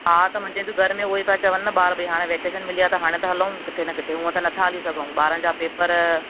हा त मुंहिंजे बि घर में उहो ई पिया चवनि न ॿार भई हाणे वैकेशन मिली आहे त हाणे त हलूं किथे न किथे हूअं त नथा हली सघूं ॿारनि जा पेपर